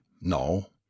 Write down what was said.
No